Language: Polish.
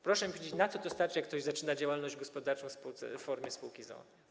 Proszę mi powiedzieć, na co to starczy, jak ktoś zaczyna działalność gospodarczą w formie spółki z o.o.